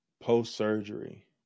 post-surgery